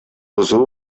бузуу